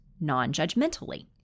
non-judgmentally